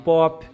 Pop